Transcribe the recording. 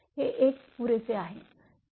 हे एक पुरेसे आहे